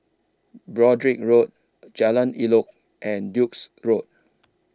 Broadrick Road Jalan Elok and Duke's Road